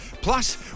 Plus